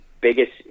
biggest